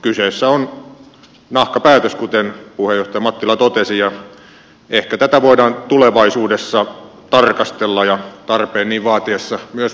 kyseessä on nahkapäätös kuten puheenjohtaja mattila totesi ja ehkä tätä voidaan tulevaisuudessa tarkastella ja tarpeen niin vaatiessa myös korjata